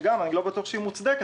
שגם אני לא בטוח שהיא מוצדקת,